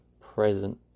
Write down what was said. present